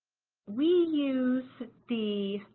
we use the